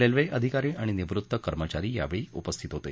railway अधिकारी आणि निवृत्त कर्मचारी यावेळी उपस्थित होते